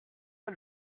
pas